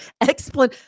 explain